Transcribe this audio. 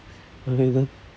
okay then